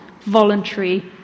voluntary